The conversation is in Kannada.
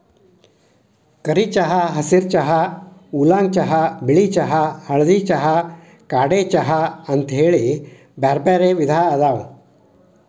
ಕರಿ ಚಹಾ, ಹಸಿರ ಚಹಾ, ಊಲಾಂಗ್ ಚಹಾ, ಬಿಳಿ ಚಹಾ, ಹಳದಿ ಚಹಾ, ಕಾಡೆ ಚಹಾ ಅಂತೇಳಿ ಬ್ಯಾರ್ಬ್ಯಾರೇ ವಿಧ ಅದಾವ